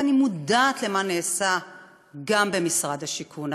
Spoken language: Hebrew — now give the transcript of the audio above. ואני מודעת למה שנעשה גם במשרד השיכון.